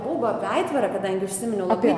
baubą apie aitvarą kadangi užsiminiau apie